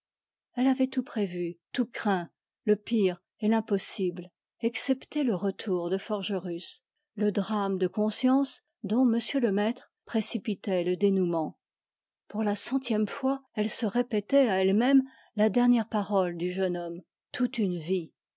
elle avait tout prévu le pire et l'impossible excepté le retour de forgerus et le drame de conscience dont monsieur le maître précipitait le dénouement pour la centième fois elle se répétait à elle-même la dernière parole du jeune homme toute une vie